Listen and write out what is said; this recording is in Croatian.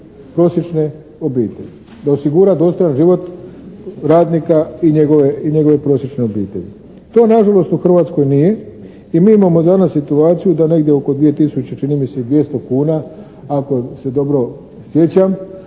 prosječne obitelji da osigura dostojan život radnika i njegove prosječne obitelji. To nažalost u Hrvatskoj nije i mi imamo danas situaciju da negdje oko 2 tisuće čini mi se i 200 kuna ako se dobro sjećam